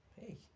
hey